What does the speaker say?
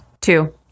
Two